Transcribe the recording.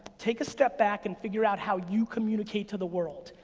take a step back and figure out how you communicate to the world.